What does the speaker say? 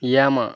Yamaha